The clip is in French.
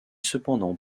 cependant